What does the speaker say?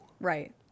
Right